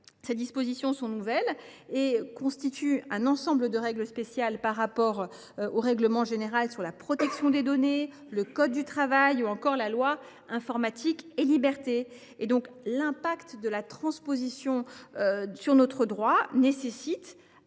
Ces dispositions nouvelles constituent un ensemble de règles spéciales par rapport au règlement général sur la protection des données (RGPD), au code du travail, ou encore à la loi Informatique et Libertés. L’effet qu’aura leur transposition sur notre droit nécessite